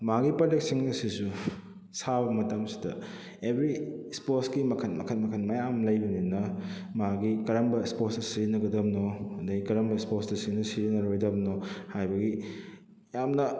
ꯃꯥꯒꯤ ꯄ꯭ꯔꯗꯛꯁꯤꯡ ꯑꯁꯤꯁꯨ ꯁꯥꯕ ꯃꯇꯝꯁꯤꯗ ꯑꯦꯚ꯭ꯔꯤ ꯁ꯭ꯄꯣꯔꯠꯁꯀꯤ ꯃꯈꯜ ꯃꯈꯜ ꯃꯈꯜ ꯃꯌꯥꯝ ꯑꯃ ꯂꯩꯕꯅꯤꯅ ꯃꯥꯒꯤ ꯀꯔꯝꯕ ꯁ꯭ꯄꯣꯔꯠꯁꯇ ꯁꯤꯖꯤꯟꯅꯒꯗꯕꯅꯣ ꯑꯗꯨꯗꯩ ꯀꯔꯝꯕ ꯁ꯭ꯄꯣꯔꯠꯁꯇ ꯁꯤꯅ ꯁꯤꯖꯤꯟꯅꯔꯣꯏꯗꯕꯅꯣ ꯍꯥꯏꯕꯒꯤ ꯌꯥꯝꯅ